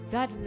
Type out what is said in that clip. God